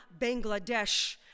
Bangladesh